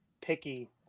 picky